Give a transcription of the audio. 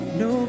no